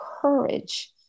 courage